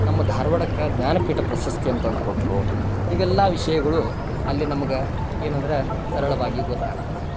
ನಮ್ಮ ಧಾರ್ವಾಡಕ್ಕೆ ಜ್ಞಾನಪೀಠ ಪ್ರಸಸ್ತಿಯನ್ನು ತಂದ್ಕೊಟ್ಟರು ಇವೆಲ್ಲಾ ವಿಷಯಗಳು ಅಲ್ಲಿ ನಮ್ಗೆ ಏನಂದರೆ ಸರಳವಾಗಿ ಗೊತ್ತಾಗ್ತವ